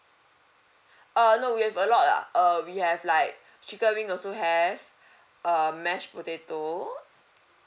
uh no we have a lot lah uh we have like chicken wing also have uh mashed potato